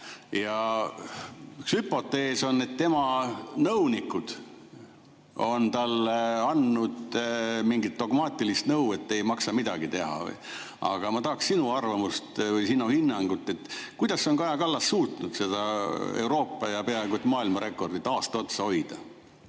Ja üks hüpotees on, et tema nõunikud on talle andnud mingit dogmaatilist nõu, et ei maksa midagi teha. Aga ma tahaksin sinu arvamust või sinu hinnangut. Kuidas on Kaja Kallas suutnud seda Euroopa ja peaaegu et maailma rekordit aasta otsa hoida?